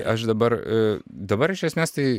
aš dabar dabar iš esmės tai